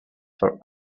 for